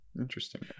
interesting